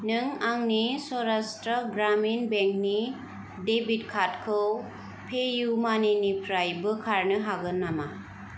नों आंनि सौरास्ट्र ग्रामिन बेंकनि डेबिट कार्डखौ पेइउमानिनिफ्राय बोखारनो हागोन नामा